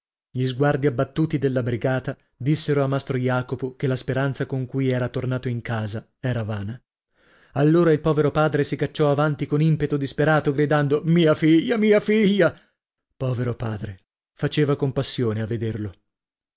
gli sguardi abbattuti della brigata dissero a mastro jacopo che la speranza con cui era tornato in casa era vana allora il povero padre si cacciò avanti con impeto disperato gridando mia figlia mia figlia povero padre faceva compassione a vederlo